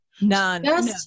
None